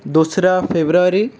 দোসরা ফেব্রুয়ারি